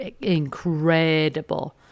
incredible